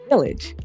Village